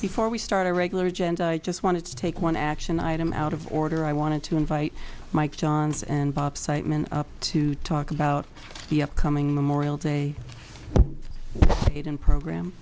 before we start a regular agenda i just wanted to take one action item out of order i wanted to invite mike johns and bob siteman to talk about the upcoming memorial day and program